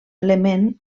element